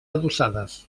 adossades